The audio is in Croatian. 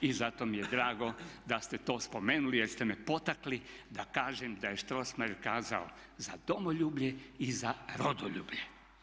I zato mi je drago da ste to spomenuli jer ste me potakli da kažem da je Strossmayer kazao za domoljublje i za rodoljublje.